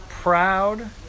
Proud